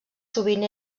sovint